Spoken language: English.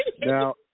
Now